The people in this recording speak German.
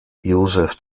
joseph